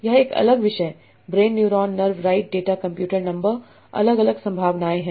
यह एक अलग विषय brain neuron nerve right data computer number अलग अलग संभावनाएं हैं